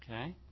Okay